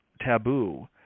taboo